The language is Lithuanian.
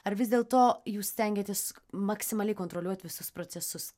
ar vis dėlto jūs stengiatės maksimaliai kontroliuoti visus procesus